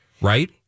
right